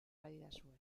badidazue